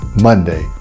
Monday